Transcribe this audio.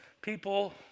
people